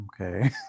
Okay